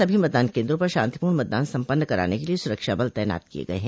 सभी मतदान केन्द्रों पर शांतिपूर्ण मतदान सम्पन्न कराने के लिए सुरक्षा बल तैनात किये गये हैं